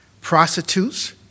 Prostitutes